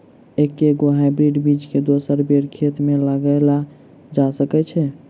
एके गो हाइब्रिड बीज केँ दोसर बेर खेत मे लगैल जा सकय छै?